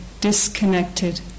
disconnected